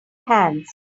hands